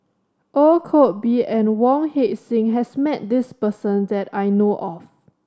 Ong Koh Bee and Wong Heck Sing has met this person that I know of